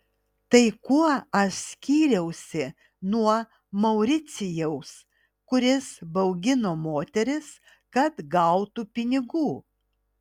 tai kuo aš skyriausi nuo mauricijaus kuris baugino moteris kad gautų pinigų